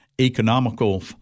economical